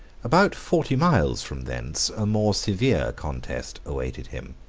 about forty miles from thence, a more severe contest awaited him.